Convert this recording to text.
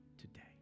today